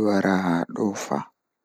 saama. So aɗa waawi